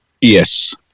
Yes